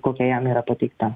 kokia jam yra pateikta